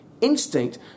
instinct